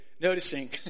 noticing